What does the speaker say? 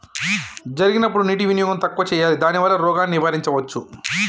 జరిగినప్పుడు నీటి వినియోగం తక్కువ చేయాలి దానివల్ల రోగాన్ని నివారించవచ్చా?